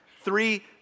three